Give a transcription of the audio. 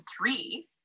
three